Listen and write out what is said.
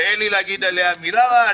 ואין לי להגיד עליה מילה רעה.